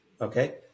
Okay